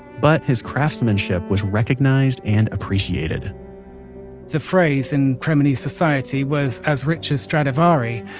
but his craftsmanship was recognized and appreciated the phrase in cremonese society was, as rich as stradivari,